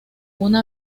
una